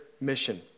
mission